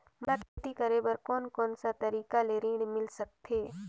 मोला खेती करे बर कोन कोन सा तरीका ले ऋण मिल सकथे?